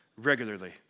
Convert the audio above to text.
Regularly